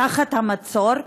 תחת המצור,